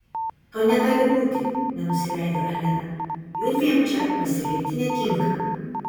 to negali būti nenusileido elena judviem čia pasilikti netinka